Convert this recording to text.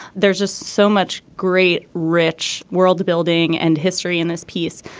there's just so much great rich worldbuilding and history in this piece.